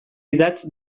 idatz